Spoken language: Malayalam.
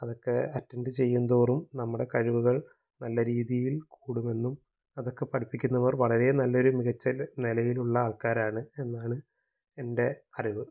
അതൊക്കെ അറ്റെൻഡ് ചെയ്യുന്തോറും നമ്മളുടെ കഴിവുകൾ നല്ല രീതിയിൽ കൂടുമെന്നും അതൊക്കെ പഠിപ്പിക്കുന്നവർ വളരെ നല്ലൊരു മികച്ച നിലയിലുള്ള ആൾക്കാരാണ് എന്നാണ് എൻ്റെ അറിവ്